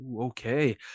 Okay